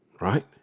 right